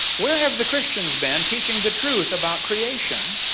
where have the christian been teaching the truth about creation.